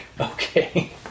Okay